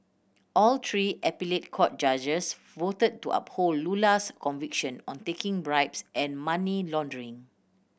all three appellate court judges voted to uphold Lula's conviction on taking bribes and money laundering